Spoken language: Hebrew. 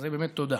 אז באמת תודה.